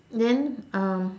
then um